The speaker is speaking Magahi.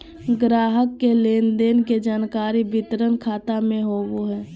ग्राहक के लेन देन के जानकारी वितरण खाता में होबो हइ